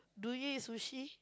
do you eat sushi